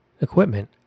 equipment